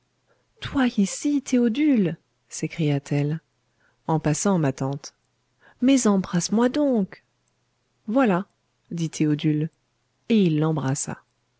toi ici théodule s'écria-t-elle en passant ma tante mais embrasse-moi donc voilà dit théodule et il l'embrassa